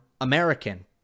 American